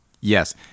Yes